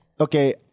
okay